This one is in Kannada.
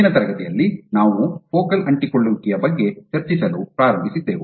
ಹಿಂದಿನ ತರಗತಿಯಲ್ಲಿ ನಾವು ಫೋಕಲ್ ಅಂಟಿಕೊಳ್ಳುವಿಕೆಯ ಬಗ್ಗೆ ಚರ್ಚಿಸಲು ಪ್ರಾರಂಭಿಸಿದ್ದೆವು